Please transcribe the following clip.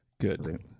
Good